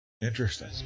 interesting